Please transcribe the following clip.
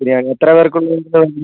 ബിരിയാണി എത്ര പേർക്കുള്ളതാണ് വേണ്ടത്